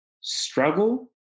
struggle